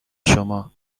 شما